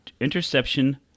interception